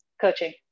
Coaching